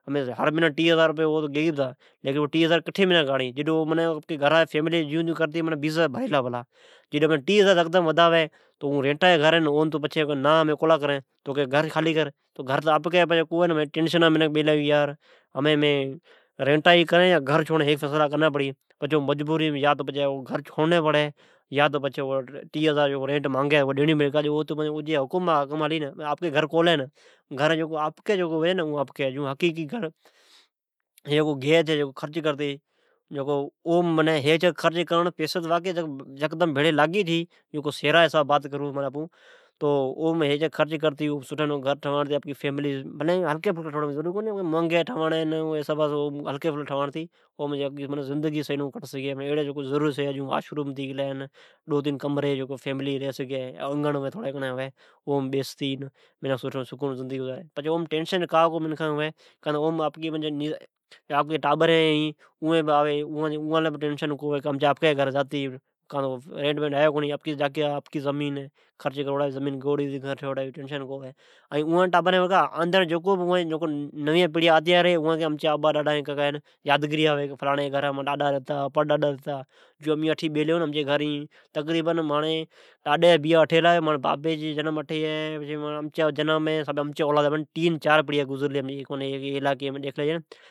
ھر مھینی ٹی ھزار گئی پتا ۔ پر ھمین او ٹی ھزار کٹے گیتے آوی ۔آپکی فیملی گھر جیون جیون کرتے گھر ھلاویلا پلا۔ این بیس ھزار بھریلا پلا اوکٹھے گیتے آوی اوچھتے ٹے ھزار وڈاوی تو پریسان ھتی جائی ۔پچھے او کئی یا رینٹا جی گھر ھی ھمین ریٹ ادا یا گھر خالی کر ۔این پچھی او بچارا یا تو رنیٹ ڈی یا تو گھر چھونڑلی پڑی چھی ۔یا تو پچھے جکو ٹی ھزار ریٹ مایگی اوا ڈیڑی پڑی ،پچھی او جا حکم منجڑا پڑی ۔ایم ھا مطلب تہ آپکے گھرتو کو ھلی ۔ھیک آپکی گھر ھی اوں آپکی بس ھیک چکر خرچ کرتے گھر گئی چھی آپکی تھوڑی ٹھواڑی پیسی بھیڑی کرتے ۔ تو پچھے ٹنیسن ختم ھتے جائی ۔ ھلکی فلکی ٹھواڑی تو سھی ھی ۔جون زندگی سٹھی نمومنی کٹ سگھی ۔ ایڑیا زروڑیا شیا جون ھیک واشروم دو ٹین کمری ٹھواڑی جون فیملی سٹھے نمونے سے ری سگھے ۔پچھے کا ٹنیسن کونی ھوی۔ جکو ٹانرین آوی اوان بھی ٹنئسن کونے ھوی، کا تی گھر ھی ، ریٹ بیٹ ھی کونی اوا جی آپکی ھوی ۔پر آراڑا پڑیا لے بے سولت ھتئ جائیے امین جٹھی بیلے ھون اٹھے امچیا چار پانچپڑیا آلیا۔ مانجا ڈاڈی جابیا اٹھے ھلا۔ ماجی بابی جا جنم اٹھئ ھلا ، مانجا بھی جنم اٹھی ھلا، این مانجی اولاد جا بھی جنم اٹھی ھلا۔